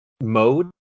mode